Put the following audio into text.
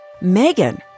Megan